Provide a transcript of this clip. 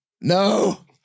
no